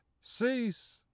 cease